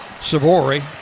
Savory